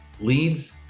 leads